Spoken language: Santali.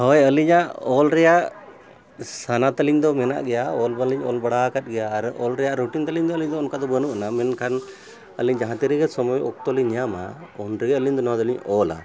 ᱦᱳᱭ ᱟᱹᱞᱤᱧᱟᱜ ᱚᱞ ᱨᱮᱭᱟᱜ ᱥᱟᱱᱟ ᱛᱟᱹᱞᱤᱧ ᱫᱚ ᱢᱮᱱᱟᱜ ᱜᱮᱭᱟ ᱚᱞ ᱵᱟᱞᱤᱧ ᱚᱞ ᱵᱟᱲᱟ ᱟᱠᱟᱫ ᱜᱮᱭᱟ ᱟᱨ ᱚᱞ ᱨᱮᱭᱟᱜ ᱨᱩᱴᱤᱱ ᱛᱟᱞᱤᱧ ᱫᱚ ᱟᱹᱞᱤᱧ ᱫᱚ ᱚᱱᱠᱟ ᱫᱚ ᱵᱟᱹᱱᱩᱜᱼᱟ ᱢᱮᱱᱠᱷᱟᱱ ᱟᱹᱞᱤᱧ ᱡᱟᱦᱟᱸ ᱛᱤᱱᱨᱮᱜᱮ ᱥᱚᱢᱚᱭ ᱚᱠᱛᱚ ᱞᱤᱧ ᱧᱟᱢᱟ ᱩᱱ ᱨᱮᱜᱮ ᱟᱹᱞᱤᱧ ᱫᱚ ᱱᱚᱣᱟ ᱫᱚᱞᱤᱧ ᱚᱞᱟ